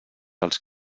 els